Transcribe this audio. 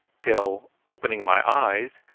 till, opening my eyes,